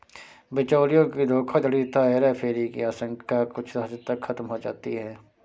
बिचौलियों की धोखाधड़ी तथा हेराफेरी की आशंका कुछ हद तक खत्म हो जाती है